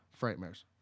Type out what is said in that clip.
Frightmares